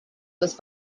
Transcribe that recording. was